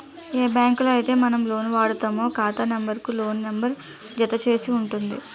ఏ బ్యాంకులో అయితే మనం లోన్ వాడుతామో ఖాతా నెంబర్ కు లోన్ నెంబర్ జత చేసి ఉంటుంది